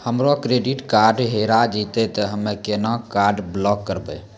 हमरो credit card हेरा जेतै ते हम्मय केना कार्ड ब्लॉक करबै?